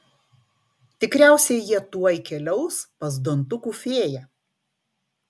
tikriausiai jie tuoj keliaus pas dantukų fėją